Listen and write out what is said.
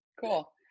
cool